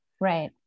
Right